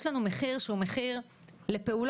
יש לנו מחיר שהוא מחיר לפעולות.